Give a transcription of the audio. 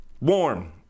warm